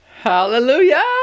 Hallelujah